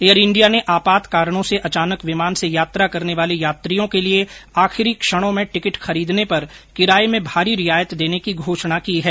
air India ने आपात कारणों से अचानक विमान से यात्रा करने वाले यात्रियों के लिए आखिरी क्षणों में टिकट खरीदने पर किराये में भारी रियायत देने की घोषणा की है